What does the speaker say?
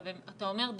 אתה אומר,